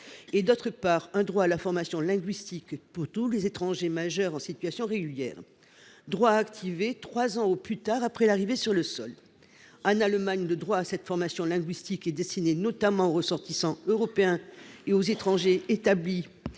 d’une part, et un droit à la formation linguistique pour tous les étrangers majeurs en situation régulière, droit activé trois ans au plus tard après l’arrivée sur le sol, d’autre part. En Allemagne, le droit à cette formation linguistique est destiné notamment aux ressortissants européens et aux étrangers établis